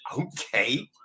okay